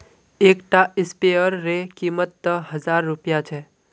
एक टा स्पीयर रे कीमत त हजार रुपया छे